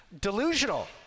delusional